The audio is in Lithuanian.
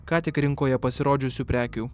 ką tik rinkoje pasirodžiusių prekių